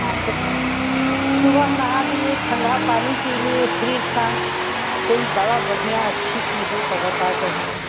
हाँ तो सुबह हम नहा लिए ठंडा पानी पी लिए फ्रिज का कोई दवा बढ़िया अच्छी सी हो तो बता दो हमें